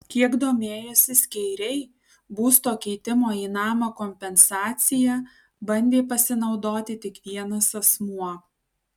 kiek domėjosi skeiriai būsto keitimo į namą kompensacija bandė pasinaudoti tik vienas asmuo